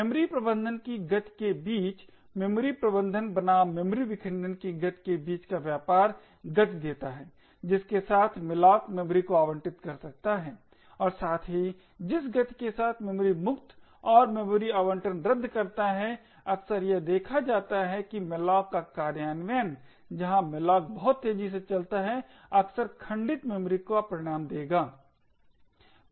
memory प्रबंधन की गति के बीच मेमोरी प्रबंधन बनाम मेमोरी विखंडन की गति के बीच का व्यापार गति देता है जिसके साथ malloc मेमोरी को आवंटित कर सकता है और साथ ही जिस गति के साथ मेमोरी मुक्त और मेमोरी आवंटन रद्द करता है अक्सर यह देखा जाता है कि malloc का कार्यान्वयन जहाँ malloc बहुत तेजी से चलता है अक्सर खंडित मेमोरी का परिणाम देगा